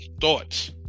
thoughts